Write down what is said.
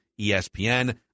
ESPN